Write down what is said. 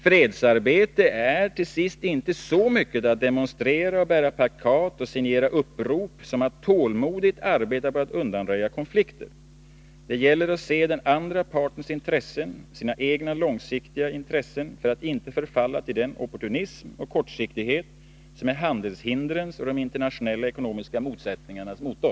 Fredsarbetet är till sist inte så mycket att demonstrera, bära plakat och signera upprop som att tålmodigt arbeta på att undanröja konflikter. Det gäller att se den andra partens intressen och sina egna långsiktiga intressen för att inte förfalla till den opportunism och kortsiktighet som är handelshindrens och de internationella ekonomiska motsättningarnas motor.